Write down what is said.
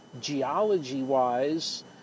geology-wise